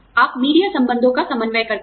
आप मीडिया संबंधों का समन्वय करते हैं